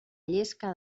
llesca